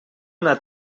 una